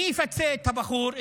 מי יפצה את הבחור?